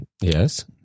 Yes